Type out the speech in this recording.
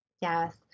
Yes